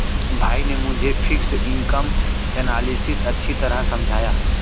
भाई ने मुझे फिक्स्ड इनकम एनालिसिस अच्छी तरह समझाया